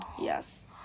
Yes